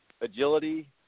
agility